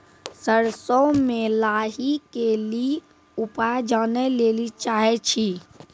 सरसों मे लाही के ली उपाय जाने लैली चाहे छी?